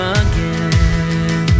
again